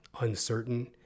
uncertain